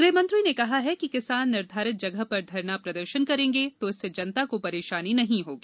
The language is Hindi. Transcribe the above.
गृहमंत्री ने कहा है कि किसान निर्धारित जगह पर धरना प्रदर्शन करेंगे तो इससे जनता को परेशानी नहीं होगी